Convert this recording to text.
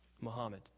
Muhammad